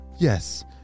Yes